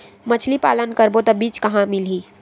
मछरी पालन करबो त बीज कहां मिलही?